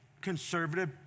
conservative